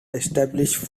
established